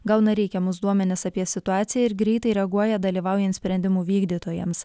gauna reikiamus duomenis apie situaciją ir greitai reaguoja dalyvaujant sprendimų vykdytojams